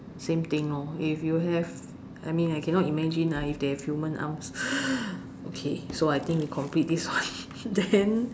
same thing lor if you have I mean I cannot imagine lah if they have human arms okay so I think we complete this one then